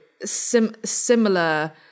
similar